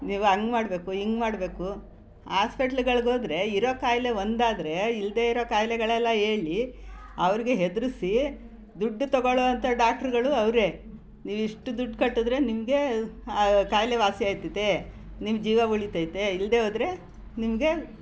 ನೀವು ಹಾಗ್ ಮಾಡಬೇಕು ಹೀಗ್ ಮಾಡಬೇಕು ಹಾಸ್ಪಿಟ್ಲುಗಳ್ಗ್ ಹೋದ್ರೆ ಇರೋ ಖಾಯ್ಲೆ ಒಂದಾದರೆ ಇಲ್ಲದೇ ಇರೋ ಖಾಯ್ಲೆಗಳೆಲ್ಲ ಹೇಳಿ ಅವ್ರಿಗೆ ಹೆದರಿಸಿ ದುಡ್ಡು ತೊಗೊಳ್ಳೊ ಅಂಥ ಡಾಕ್ಟ್ರುಗಳು ಅವರೇ ನೀವಿಷ್ಟು ದುಡ್ಡು ಕಟ್ಟಿದ್ರೆ ನಿಮಗೆ ಆ ಖಾಯ್ಲೆ ವಾಸಿ ಆಯ್ತೈತೆ ನಿಮ್ಮ ಜೀವ ಉಳಿತೈತೆ ಇಲ್ಲದೇ ಹೋದ್ರೆ ನಿಮಗೆ